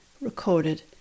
recorded